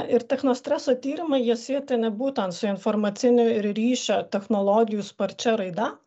ir techno streso tyrimai jie sietini būtent su informacinių ir ryšio technologijų sparčia raida